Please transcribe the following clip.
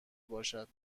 باشد